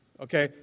okay